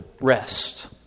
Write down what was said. rest